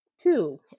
two